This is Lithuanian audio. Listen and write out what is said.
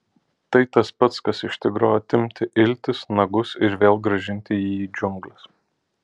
tai tas pats kas iš tigro atimti iltis nagus ir vėl grąžinti jį į džiungles